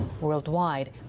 Worldwide